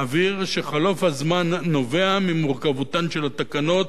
אבהיר שחלוף הזמן נובע ממורכבותן של התקנות,